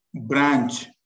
branch